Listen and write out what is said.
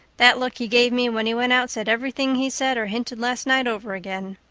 that look he gave me when he went out said everything he said or hinted last night over again.